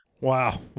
Wow